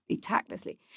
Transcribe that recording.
tactlessly